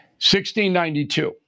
1692